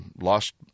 lost